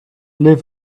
live